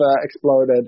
exploded